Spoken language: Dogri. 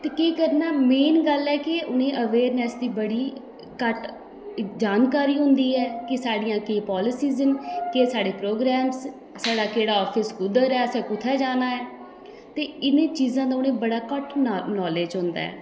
ते केह् करना मेन गल्ल ऐ कि उ'नें गी एवेयरनैस बड़ी घट्ट जानकारी होंदी ऐ कि साढ़ियां केह् पोल्सीज न केह् साढ़े प्रोग्रामस साढ़ा केह्ड़ा आफिस कुद्धर ऐ असें कुत्थै जाना ऐ ते इ'नें चीजां दा उ'नें गी बड़ा घट्ट नालेज होंदा ऐ